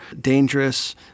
dangerous